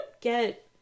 get